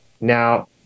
now